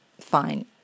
fine